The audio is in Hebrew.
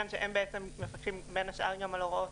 שהם בעצם מפקחים בין השאר גם על הוראות